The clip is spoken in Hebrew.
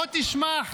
בוא תשמע,